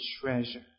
treasure